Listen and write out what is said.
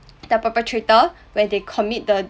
the perpetrator where they commit the